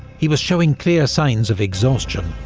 he was showing clear signs of exhaustion,